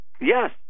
Yes